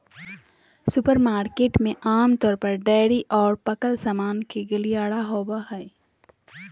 supermarket में आमतौर पर डेयरी और पकल सामान के गलियारा होबो हइ